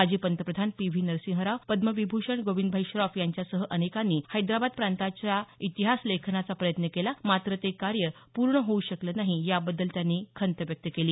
माजी पंतप्रधान P V Narasimha Rao Padma Vibhushan Govindbhai Shroff यांच्या सह अनेकांनी हैदराबाद प्रांताच्या इतिहास लेखनाचा प्रयत्न केला मात्र ते कार्य पूर्ण होऊ शकलं नाही याबद्दल त्यांनी खंत व्यक्त केली